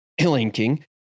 linking